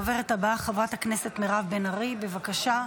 הדוברת הבאה, חברת הכנסת מירב בן ארי, בבקשה.